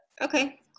okay